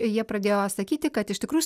jie pradėjo sakyti kad iš tikrųjų